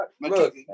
look